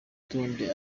rutonde